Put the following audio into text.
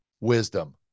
wisdom